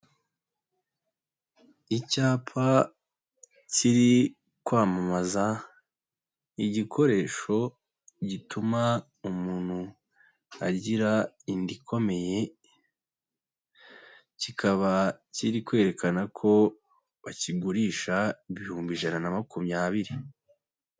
Icyapa kiri kwamamaza, igikoresho gituma umuntu agira inda ikomeye, kikaba kiri kwerekana ko bakigurisha ibihumbi ijana na makumyabiri.